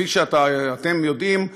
כפי שאתם יודעים,